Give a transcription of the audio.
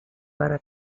para